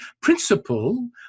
principle